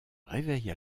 réveille